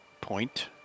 point